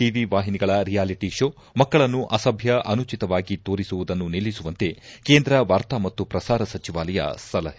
ಬಾಸಗಿ ಟಿವಿ ವಾಹಿನಿಗಳ reality show ಮಕ್ಕಳನ್ನು ಅಸಭ್ಯ ಅನುಚತವಾಗಿ ತೋರಿಸುವುದನ್ನು ನಿಲ್ಲಿಸುವಂತೆ ಕೇಂದ್ರ ವಾರ್ತಾ ಮತ್ತು ಪ್ರಸಾರ ಸಚವಾಲಯ ಸಲಹೆ